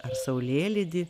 ar saulėlydį